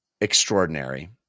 extraordinary